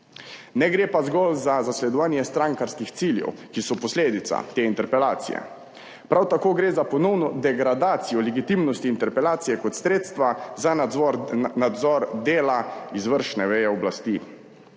Ne gre pa zgolj za zasledovanje strankarskih ciljev, ki so posledica te interpelacije. Prav tako gre za ponovno degradacijo legitimnosti interpelacije kot sredstva za nadzor dela izvršne veje oblasti.